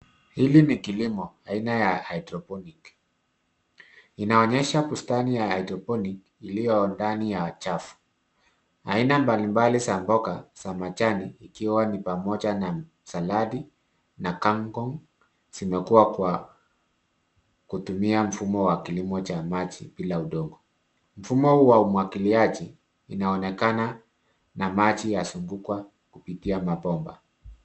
Hili ni kilimo aina ya hydroponic .Inaonyesha bustani ya hydroponic iliyo ndani ya chafu. Aina mbalimbali za mboga za majani ikiwa ni pamoja na saladi na kangkong zimekua kwa kutumia mfumo wa kulimo cha maji bila udongo. Mfumo huu wa umwagiliaji inaonekana na maji yazungukwa kupitia mabomba.